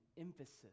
emphasis